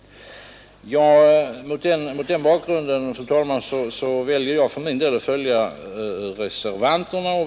Mot den bakgrunden, fru talman, väljer jag att följa reservanterna.